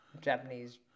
Japanese